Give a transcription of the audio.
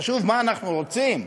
חשוב מה אנחנו רוצים,